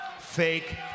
fake